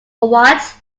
what